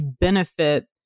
benefit